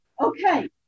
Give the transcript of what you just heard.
Okay